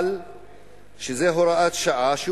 זו הוראת שעה,